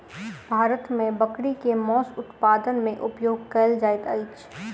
भारत मे बकरी के मौस उत्पादन मे उपयोग कयल जाइत अछि